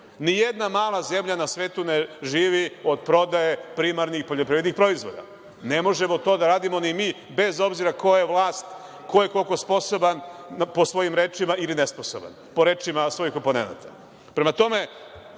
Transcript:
Nijedna mala zemlja na svetu ne živi od prodaje primarnih poljoprivrednih proizvoda. Ne možemo to da radimo i mi, bez obzira ko je vlast, ko je koliko sposoban po svojim rečima, ili nesposoban, po rečima svojih oponenata. Prema